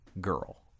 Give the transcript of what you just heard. girl